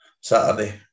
Saturday